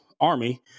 Army